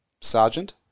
sergeant